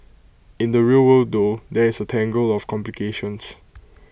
in the real world though there's A tangle of complications